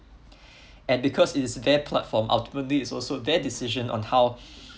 and because it is their platform ultimately it's also their decision on how